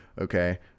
okay